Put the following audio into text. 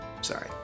sorry